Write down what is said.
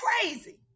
crazy